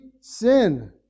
sin